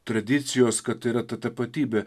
tradicijos kad yra ta tapatybė